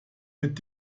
mit